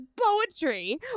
poetry